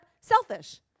selfish